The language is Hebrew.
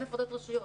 אין הפרדת רשויות